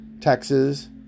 Texas